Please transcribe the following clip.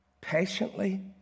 patiently